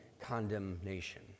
condemnation